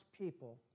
people